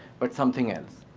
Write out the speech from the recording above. but something else.